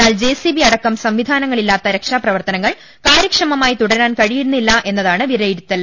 എന്നാൽ ജെസിബി അടക്കം സംവിധാനങ്ങളില്ലാതെ രക്ഷാപ്രവർത്ത നങ്ങൾ കാര്യക്ഷമമായി തുടരാൻ കഴിയില്ലെന്നാണ് പ്പിലയിരുത്തൽ